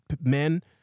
men